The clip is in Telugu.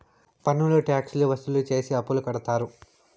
పన్నులు ట్యాక్స్ లు వసూలు చేసి అప్పులు కడతారు